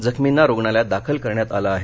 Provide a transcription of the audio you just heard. जखमींना रुग्णालयात दाखल करण्यात आलं आहे